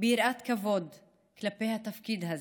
ביראת כבוד כלפי התפקיד הזה.